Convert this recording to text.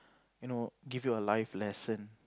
you know give you a life lesson